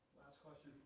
last question